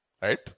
Right